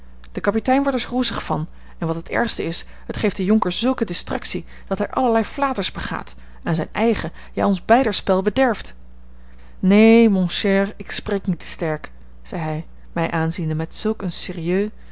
de kapitein wordt er roesig van en wat het ergste is het geeft den jonker zulke distractie dat hij allerlei flaters begaat en zijn eigen ja ons beider spel bederft neen mon cher ik spreek niet te sterk zei hij mij aanziende met zulk een sérieux